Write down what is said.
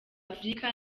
afurika